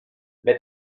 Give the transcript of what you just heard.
mit